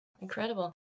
Incredible